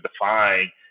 define